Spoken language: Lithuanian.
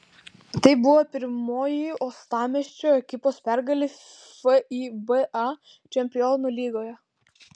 tai buvo pirmoji uostamiesčio ekipos pergalė fiba čempionų lygoje